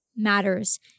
matters